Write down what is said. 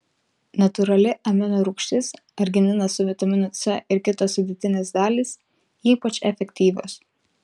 natūrali amino rūgštis argininas su vitaminu c ir kitos sudėtinės dalys ypač efektyvios